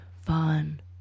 fun